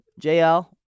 JL